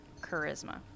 charisma